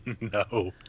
no